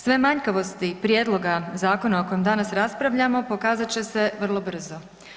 Sve manjkavosti prijedloga zakona o kojem danas raspravljamo pokazat će se vrlo brzo.